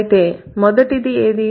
అయితే మొదటిది ఏది